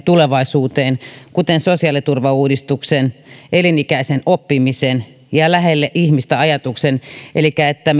tulevaisuuteen kuten sosiaaliturvauudistuksen elinikäisen oppimisen ja lähelle ihmistä ajatuksen elikkä sen että